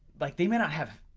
like they may not have.